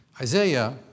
Isaiah